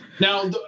Now